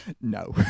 No